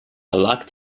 locked